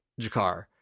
Jakar